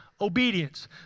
obedience